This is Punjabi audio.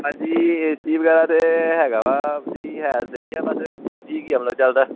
ਹਾਂਜੀ ਏ ਸੀ ਵਗੈਰਾ ਤਾਂ ਹੈਗਾ ਵਾ ਜੀ ਹੈ ਸਹੀ ਹੈ ਬਸ ਠੀਕ ਠੀਕ ਹੀ ਹੈ ਮਤਲਬ ਚਲਦਾ